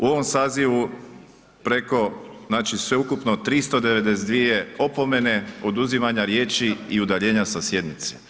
U ovom sazivu preko, znači sveukupno 392 opomene, oduzimanja riječi i udaljenja sa sjednice.